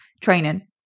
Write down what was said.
training